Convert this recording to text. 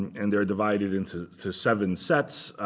and they're divided into seven sets.